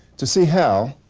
to see how,